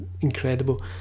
incredible